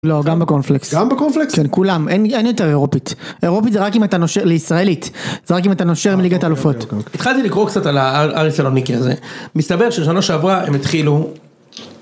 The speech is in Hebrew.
לא גם בקונפלקס, - גם בקונפלקס? כן כולם, אין יותר אירופית, אירופית זה רק אם אתה נושר... לישראלית, זה רק אם אתה נושר מליגת האלופות. - התחלתי לקרוא קצת על האריס סלוניקי הזה, מסתבר ששנה שעברה הם התחילו